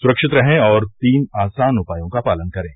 सुरक्षित रहें और तीन आसान उपायों का पालन करें